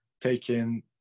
taking